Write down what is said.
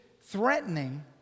threatening